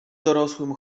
dorosłym